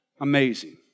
amazing